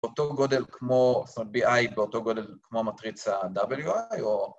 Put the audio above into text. ‫באותו גודל כמו, זאת אומרת BI, ‫באותו גודל כמו מטריצה WI או...